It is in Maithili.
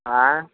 हय